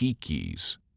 keys